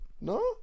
no